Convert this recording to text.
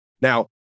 Now